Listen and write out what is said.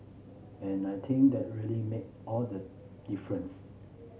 and I think that really make all the difference